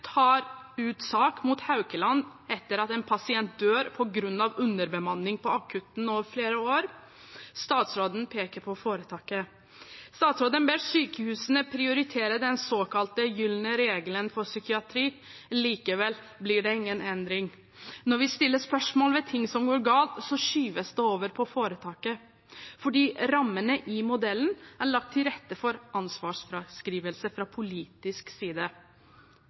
tar beslutningene som gjelder liv og helse. Her er noen eksempler på dette: Stortingsvedtaket om å sikre dagens fødeinstitusjoner brytes i Kristiansund – statsråden peker på foretaket. Fylkeslegen tok ut sak mot Haukeland universitetssykehus etter at en pasient døde på grunn av underbemanning på akutten over flere år – statsråden peker på foretaket. Statsråden ber sykehusene prioritere den såkalte gylne regelen for psykiatri, likevel blir det ingen endring. Når vi stiller spørsmål ved ting